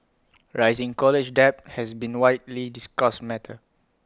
rising college debt has been A widely discussed matter